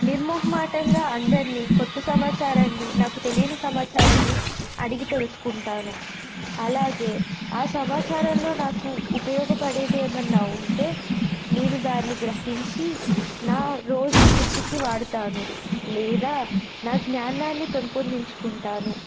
నిర్మోహమాటంగా అందరినీ క్రొత్త సమాచారాన్ని నాకు తెలియని సమాచారాన్ని అడిగి తెలుసుకుంటాను అలాగే ఆ సమాచారంలో నాకు ఉపయోగపడేది ఏమైనా ఉంటే నేను దాన్ని గ్రహించి నా రోజు వృత్తికి వాడతాను లేదా నా జ్ఞానాన్ని పెంపొందించుకుంటాను